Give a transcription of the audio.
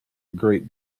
great